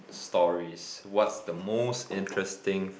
stories what's the most interesting